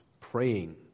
praying